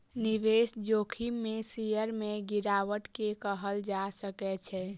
निवेश जोखिम में शेयर में गिरावट के कहल जा सकै छै